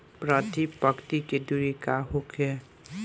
प्रति पंक्ति के दूरी का होखे?